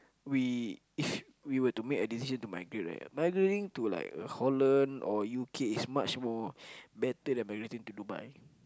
we if we were to make a decision to migrate right migrating to like Holland or U_K is much more better than migrating to Dubai